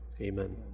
Amen